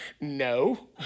No